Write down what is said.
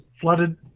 flooded